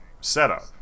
setup